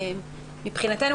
מבחינתנו,